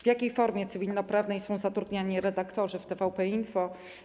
W jakiej formie cywilnoprawnej są zatrudniani redaktorzy w TVP Info?